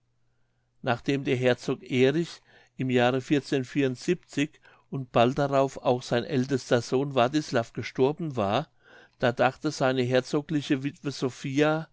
nachdem der herzog erich im jahre und bald darauf auch sein ältester sohn wartislav gestorben war da dachte seine herzogliche wittwe sophia